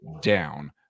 down